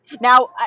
now